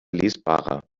lesbarer